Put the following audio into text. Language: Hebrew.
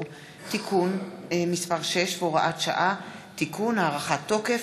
(תיקון מס' 6 והוראת שעה) (תיקון) (הארכת תוקף),